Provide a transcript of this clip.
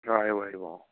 হয় আহিব আহিব অঁ